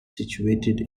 situated